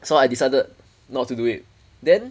so I decided not to do it then